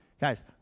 Guys